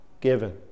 given